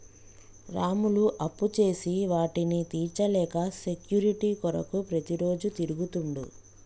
రాములు అప్పుచేసి వాటిని తీర్చలేక సెక్యూరిటీ కొరకు ప్రతిరోజు తిరుగుతుండు